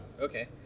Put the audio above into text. Okay